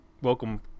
welcome